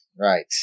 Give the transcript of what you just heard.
Right